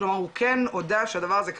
הוא כן הודה שהדבר הזה קרה,